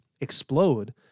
explode